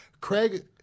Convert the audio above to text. Craig